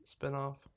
spinoff